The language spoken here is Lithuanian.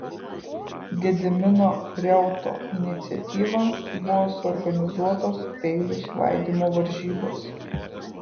gedimino reuto iniciatyva buvo suorganizuotos peilių svaidymo varžybos